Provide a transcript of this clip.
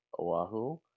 oahu